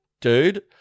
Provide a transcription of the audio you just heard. Dude